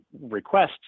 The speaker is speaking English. requests